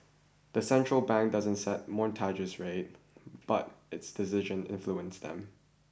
the central bank doesn't set mortgage rates but its decisions influence them